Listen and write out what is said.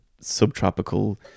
subtropical